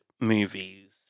movies